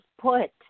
put